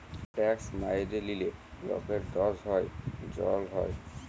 tax ম্যাইরে লিলে লকের দস হ্যয় জ্যাল হ্যয়